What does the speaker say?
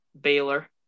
Baylor